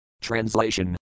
Translation